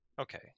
Okay